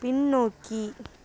பின்னோக்கி